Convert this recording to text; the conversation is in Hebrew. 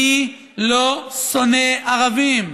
אני לא שונא ערבים.